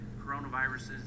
coronaviruses